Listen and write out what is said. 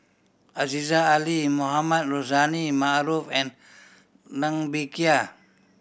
Aziza Ali Mohamed Rozani Maarof and Ng Bee Kia